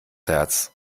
herz